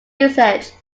usage